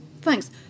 thanks